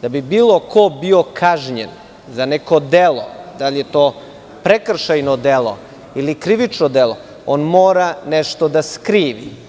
da bi bilo ko bio kažnjen za neko delo, bio to prekršaj ili krivično delo, on mora nešto da skrivi.